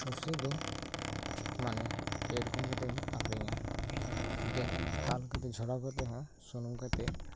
ᱥᱚᱨᱥᱮ ᱫᱚ ᱢᱟᱱᱮ ᱯᱮ ᱨᱚᱠᱚᱢ ᱠᱟᱛᱮᱢ ᱟᱹᱠᱷᱟᱨᱤᱧᱟ ᱵᱮᱨᱞ ᱫᱟᱞ ᱠᱟᱛᱮ ᱡᱷᱟᱲᱟᱣ ᱠᱟᱛᱮ ᱦᱚᱸ ᱥᱩᱱᱩᱢ ᱠᱟᱛᱮ